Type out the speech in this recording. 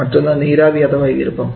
മറ്റൊന്ന് നീരാവി അഥവാ ഈർപ്പം